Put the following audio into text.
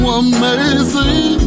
amazing